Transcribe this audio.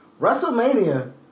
WrestleMania